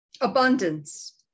Abundance